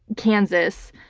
kansas,